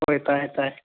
ꯍꯣꯏ ꯇꯥꯏꯌꯦ ꯇꯥꯏꯌꯦ